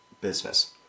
business